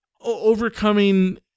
overcoming